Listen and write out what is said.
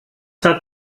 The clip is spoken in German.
hat